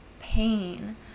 pain